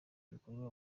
gikorwa